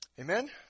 Amen